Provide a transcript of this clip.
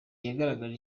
yagaragaje